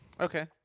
Okay